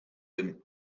him